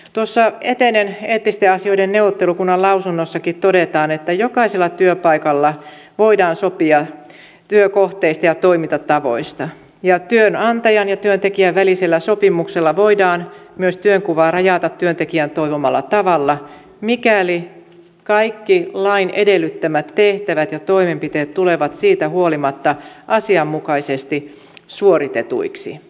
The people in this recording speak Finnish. tuossa etenen eettisten asioiden neuvottelukunnan lausunnossakin todetaan että jokaisella työpaikalla voidaan sopia työkohteista ja toimintatavoista ja työnantajan ja työntekijän välisillä sopimuksilla voidaan myös työnkuvaa rajata työntekijän toivomalla tavalla mikäli kaikki lain edellyttämät tehtävät ja toimenpiteet tulevat siitä huolimatta asianmukaisesti suoritetuiksi